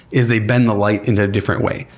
is they bend the light in a different way.